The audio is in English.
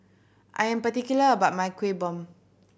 I'm particular about my Kueh Bom